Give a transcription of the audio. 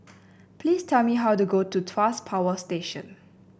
please tell me how to go to Tuas Power Station